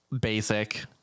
Basic